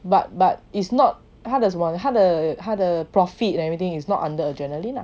but but it's not 他的什么他的他的 profit and everything is not under adreline lah